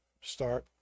Start